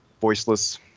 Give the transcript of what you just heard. voiceless